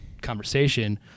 conversation